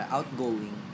Outgoing